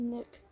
Nick